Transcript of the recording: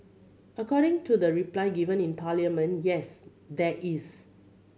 according to the reply given in Parliament yes there is